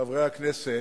חברי הכנסת,